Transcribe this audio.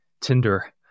Tinder